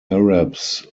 arabs